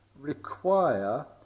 require